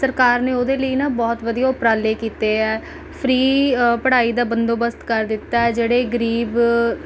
ਸਰਕਾਰ ਨੇ ਉਹਦੇ ਲਈ ਨਾ ਬਹੁਤ ਵਧੀਆ ਉਪਰਾਲੇ ਕੀਤੇ ਹੈ ਫਰੀ ਅ ਪੜ੍ਹਾਈ ਦਾ ਬੰਦੋੇਬਸਤ ਕਰ ਦਿੱਤਾ ਹੈ ਜਿਹੜੇ ਗਰੀਬ